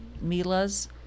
Mila's